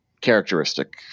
characteristic